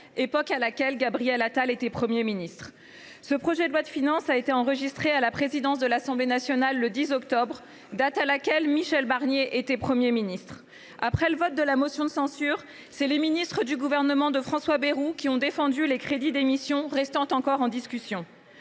époque à laquelle Gabriel Attal était Premier ministre ; ce projet de loi de finances (PLF) a été enregistré à la présidence de l’Assemblée nationale le 10 octobre dernier, date à laquelle Michel Barnier était Premier ministre ; après le vote de la motion de censure, ce sont les ministres du gouvernement de François Bayrou qui ont défendu les crédits des missions restant encore en discussion.